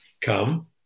Come